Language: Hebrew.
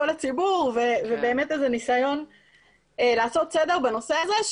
הציבור כניסיון לעשות סדר בנושא הזה.